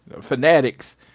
Fanatics